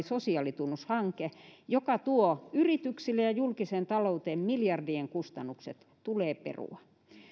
sosiaalitunnushanke joka tuo yrityksille ja julkiseen talouteen miljardien kustannukset tulee perua